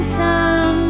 sun